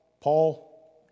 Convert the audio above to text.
Paul